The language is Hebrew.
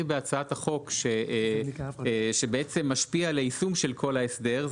בהצעת החוק שמשפיע על היישום של כל ההסדר,